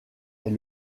est